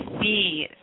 see